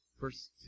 verse